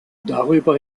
darüber